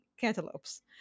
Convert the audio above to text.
Cantaloupes